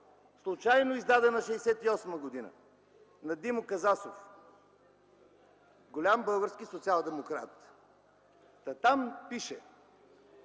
случайно издадена през 1968 г. на Димо Казасов – голям български социалдемократ. Там пише,